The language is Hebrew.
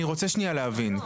אני רוצה שנייה להבין.